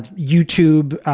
youtube,